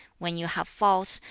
when you have faults,